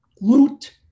loot